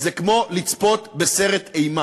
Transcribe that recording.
זה כמו לצפות בסרט אימה,